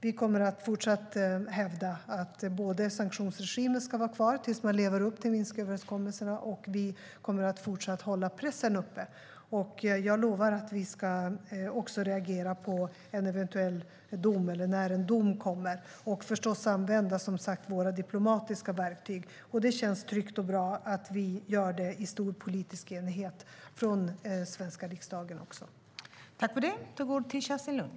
Vi kommer fortsatt att hävda att sanktionsregimen ska vara kvar tills man lever upp till Minsköverenskommelsen, och vi kommer fortsatt att hålla pressen uppe. Jag lovar att vi också ska reagera på domen när den eventuellt kommer och förstås, som sagt, använda våra diplomatiska verktyg. Det känns tryggt och bra att vi gör det i stor politisk enighet också från den svenska riksdagen.